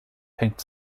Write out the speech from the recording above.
hängt